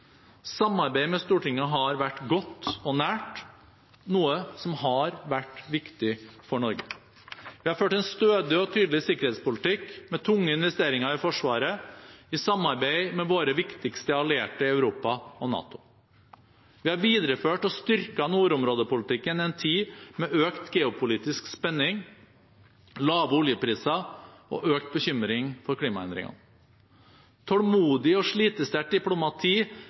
Samarbeidet med Stortinget har vært godt og nært, noe som har vært viktig for Norge. Vi har ført en stødig og tydelig sikkerhetspolitikk med tunge investeringer i Forsvaret, i samarbeid med våre viktigste allierte i Europa og NATO. Vi har videreført og styrket nordområdepolitikken i en tid med økt geopolitisk spenning, lave oljepriser og økt bekymring for klimaendringene. Tålmodig og slitesterkt diplomati